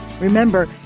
Remember